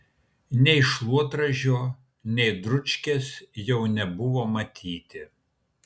nei šluotražio nei dručkės jau nebuvo matyti